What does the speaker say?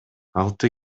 алты